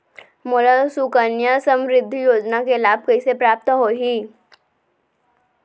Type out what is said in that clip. मोला सुकन्या समृद्धि योजना के लाभ कइसे प्राप्त होही?